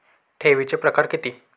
ठेवीचे प्रकार किती?